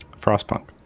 Frostpunk